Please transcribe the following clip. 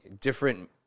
different